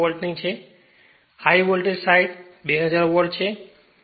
ખરેખર high voltage side E2000 volt છે